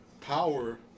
Power